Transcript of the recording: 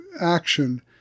action